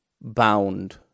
bound